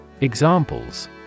Examples